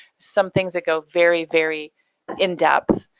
some things that go very very in-depth.